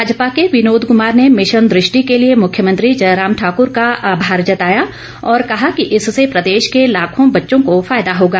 भाजपा के विनोद कुमार ने मिशन दृष्टि के लिए मुख्यमंत्री जयराम ठाकुर का आभार जताया और कहा कि इससे प्रदेश के लाखों बच्चों को फायदा होगा